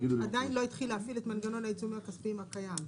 עדיין לא התחיל להפעיל את מנגנון העיצומים הכספיים הקיים.